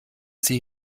sie